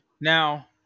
Now